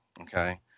Okay